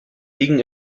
liegen